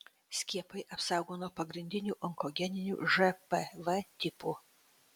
skiepai apsaugo nuo pagrindinių onkogeninių žpv tipų